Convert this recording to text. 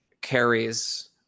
carries